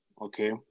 okay